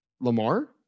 Lamar